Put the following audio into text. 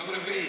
יום רביעי?